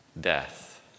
death